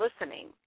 listening